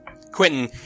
Quentin